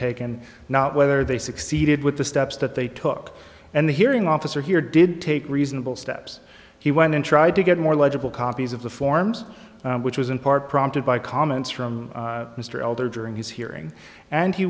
taken not whether they succeeded with the steps that they took and the hearing officer here did take reasonable steps he went in tried to get more legible copies of the forms which was in part prompted by comments from mr elder during his hearing and he